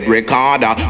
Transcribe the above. Ricardo